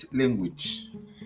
language